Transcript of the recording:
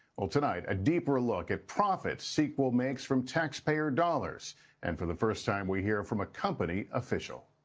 well, tonight a deeper look at profits sequel makes from taxpayer dollars and for the first time we hear from a company official